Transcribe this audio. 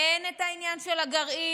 אין את העניין של הגרעין,